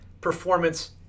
Performance